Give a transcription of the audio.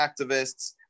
activists